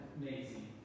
amazing